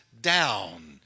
down